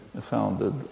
founded